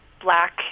black